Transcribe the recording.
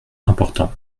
important